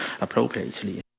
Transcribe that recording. appropriately